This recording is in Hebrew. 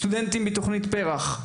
סטודנטים מפרויקט פר״ח,